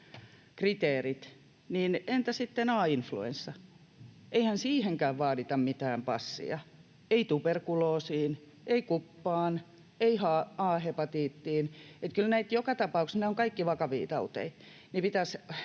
kriteerit, niin entä sitten A-influenssa? Eihän siihenkään vaadita mitään passia, ei tuberkuloosiin, ei kuppaan, ei A-hepatiittiin — ne ovat kaikki vakavia tauteja — eli